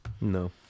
No